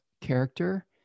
character